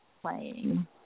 playing